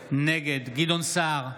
נגד גדעון סער,